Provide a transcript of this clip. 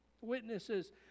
witnesses